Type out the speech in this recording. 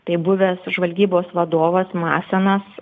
tai buvęs žvalgybos vadovas masenas